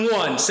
one